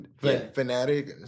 fanatic